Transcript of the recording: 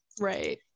right